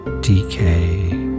decay